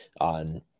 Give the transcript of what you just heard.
on